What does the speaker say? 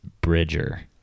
Bridger